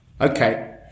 Okay